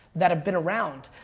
that have been around.